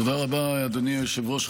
תודה רבה, אדוני היושב-ראש.